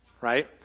right